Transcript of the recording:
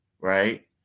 right